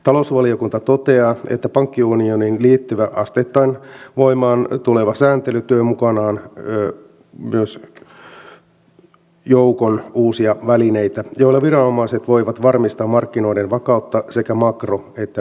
talousvaliokunta toteaa että pankkiunioniin liittyvä asteittain voimaan tuleva sääntely tuo mukanaan myös joukon uusia välineitä joilla viranomaiset voivat varmistaa markkinoiden vakautta sekä makro että mikrotasolla